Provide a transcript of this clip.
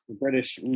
British